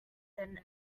than